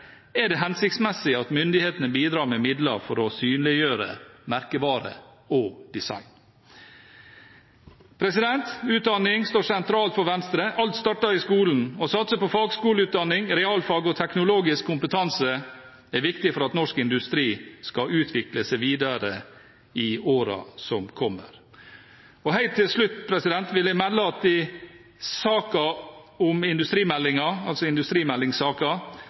er det hensiktsmessig at myndighetene bidrar med midler for å synliggjøre merkevare og design. Utdanning står sentralt for Venstre. Alt starter i skolen. Å satse på fagskoleutdanning, realfag og teknologisk kompetanse er viktig for at norsk industri skal utvikle seg videre i årene som kommer. Helt til slutt vil jeg melde at i saken om industrimeldingen støtter Venstre forslag nr. 5, fra mindretallet i innstillingen. I tillegg støtter Venstre de